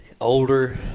older